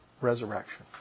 resurrection